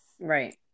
Right